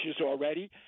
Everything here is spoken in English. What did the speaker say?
already